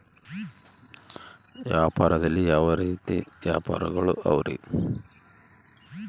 ವ್ಯಾಪಾರದಲ್ಲಿ ಯಾವ ರೇತಿ ವ್ಯಾಪಾರಗಳು ಅವರಿ?